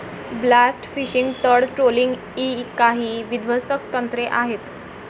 blast fishing, तळ trawling इ काही विध्वंसक तंत्रे आहेत